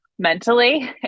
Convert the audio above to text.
Mentally